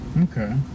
Okay